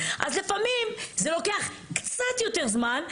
אז לפעמים זה לוקח קצת יותר זמן,